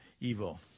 evil